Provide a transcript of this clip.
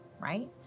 right